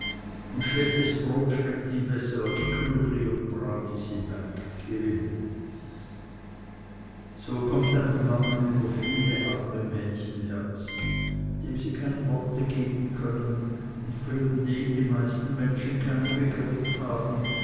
und schlechtes brot schmeckt ihm besser als küchli und bratis im märitgewimmel so kommt ein blangen über viele arme mädchenherzen dem sie keine worte geben können von dem die meisten menschen keinen begriff haben